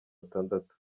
atandatu